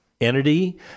entity